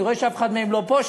אני רואה שאף אחד מהם לא פה,